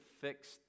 fixed